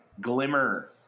Glimmer